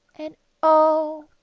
and oh!